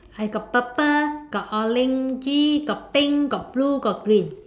I got purple got orange got pink got blue got green